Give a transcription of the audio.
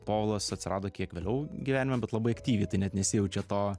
povilas atsirado kiek vėliau gyvenime bet labai aktyviai tai net nesijaučia to